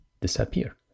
disappear